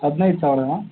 ಹದಿನೈದು ಸಾವಿರನಾ